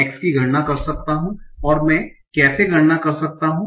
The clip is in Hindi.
x की गणना कर सकता हूं और मैं कैसे गणना कर सकता हूं